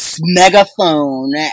megaphone